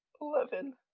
Eleven